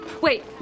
Wait